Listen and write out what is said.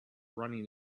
running